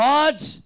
God's